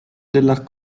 della